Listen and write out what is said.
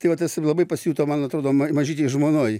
tai va tas ir labai pasijuto man atrodo mažytėj žmonoj